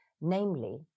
Namely